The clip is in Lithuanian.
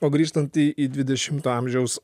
o grįžtant į į dvidešimto amžiaus